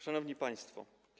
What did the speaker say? Szanowni Państwo!